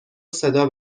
صدا